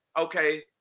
okay